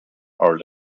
are